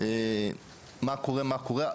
מה קורה, מה קורה.